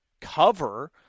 cover